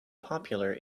popular